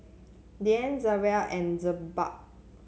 Dian Zaynab and Jebat